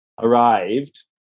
arrived